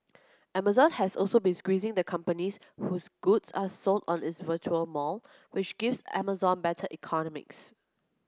Amazon has also been squeezing the companies whose goods are sold on its virtual mall which gives Amazon better economics